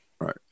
Right